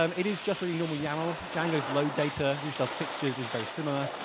um it is just the normal yaml. django's load data, which does fixtures, is very similar.